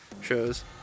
shows